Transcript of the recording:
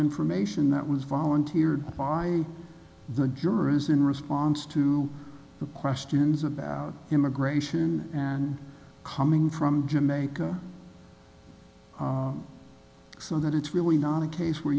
information that was volunteered by the jurors in response to questions about immigration and coming from jamaica so that it's really not a case where